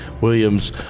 Williams